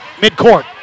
midcourt